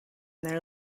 their